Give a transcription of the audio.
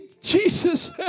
Jesus